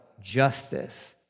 justice